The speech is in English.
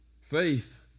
Faith